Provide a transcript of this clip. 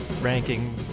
ranking